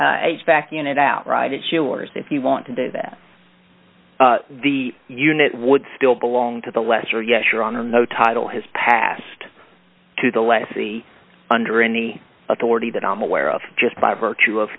age back in it out right it's yours if you want to do that the unit would still belong to the lesser yes your honor no title has passed to the lessee under any authority that i'm aware of just by virtue of